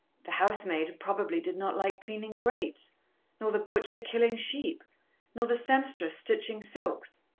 the housemaid probably did not like cleaning grates nor the butcher killing sheep nor the sempstress stitching silks.